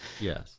Yes